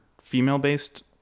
female-based